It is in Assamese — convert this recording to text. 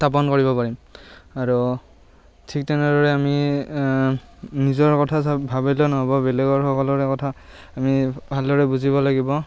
স্থাপন কৰিব পাৰিম আৰু ঠিক তেনেদৰে আমি নিজৰ কথা চব ভাবিলেও নহ'ব বেলেগৰ সকলোৰে কথা আমি ভালদৰে বুজিব লাগিব